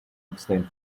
abstain